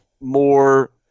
more